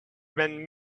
been